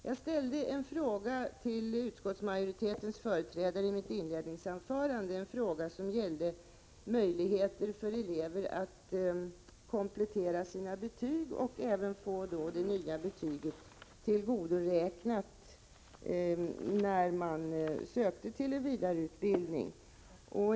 Jag ställde en fråga till utskottsmajoritetens företrädare i mitt inledningsanförande om möjligheter för elever att komplettera sina betyg och även få det nya betyget tillgodoräknat när man söker till vidareutbildning.